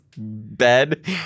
Bed